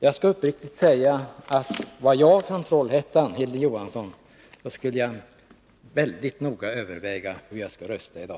Jag skall uppriktigt säga, att om jag vore från Trollhättan, Hilding Johansson, skulle jag väldigt noga överväga hur jag skall rösta i dag.